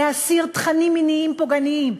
להסיר תכנים מיניים פוגעניים,